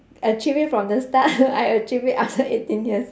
achieve it from the start I achieve it after eighteen years